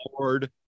Lord